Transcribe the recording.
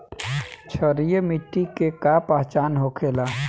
क्षारीय मिट्टी के का पहचान होखेला?